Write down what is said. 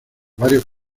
varios